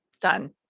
Done